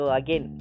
again